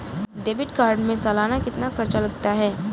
Debit card में सालाना कितना खर्च लगता है?